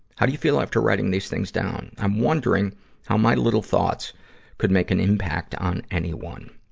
how do you feel after writing these things down? i'm wondering how my little thoughts could make an impact on anyone.